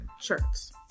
shirts